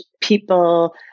people